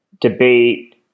debate